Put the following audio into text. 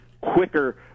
quicker